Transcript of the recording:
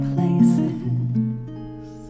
Places